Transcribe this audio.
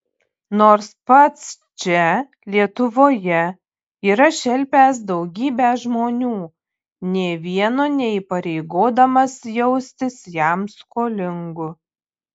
nors pats čia lietuvoje yra šelpęs daugybę žmonių nė vieno neįpareigodamas jaustis jam skolingu